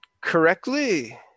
correctly